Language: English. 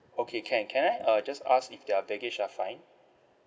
okay can can I uh just ask if the baggage are fine